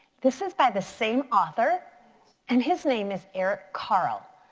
this is by the same author and his name is eric carle.